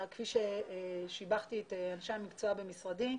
כפי ששיבחתי את אנשי המקצוע במשרדי,